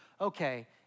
okay